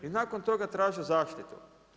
I nakon toga traže zaštitu.